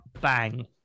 Bang